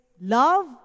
love